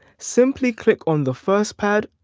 simply click on the first pad.